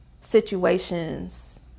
situations